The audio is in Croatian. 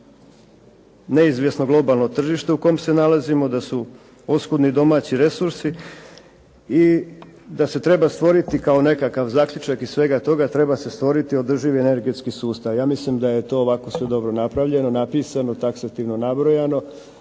neizvjesno globalno tržište u kom se nalazimo da su oskudni domaći resursi, i da se treba stvoriti, nekakav zaključak iz svega toga, treba se stvoriti održivi energetski sustav. Ja mislim da je to sve dobro napravljeno, napisano, taksativno nabrojano,